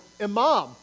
imam